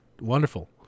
wonderful